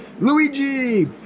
Luigi